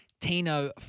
Tino